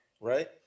right